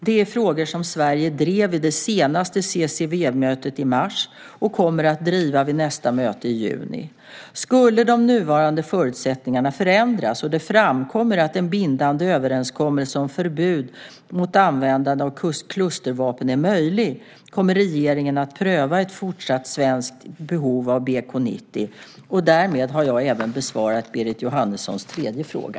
Detta är frågor som Sverige drev vid det senaste CCW-mötet i mars och kommer att driva vid nästa möte i juni. Skulle de nuvarande förutsättningarna förändras och det framkommer att en bindande överenskommelse om förbud mot användande av klustervapen är möjlig kommer regeringen att pröva ett fortsatt svenskt behov av BK 90. Därmed har jag även besvarat Berit Jóhannessons tredje fråga.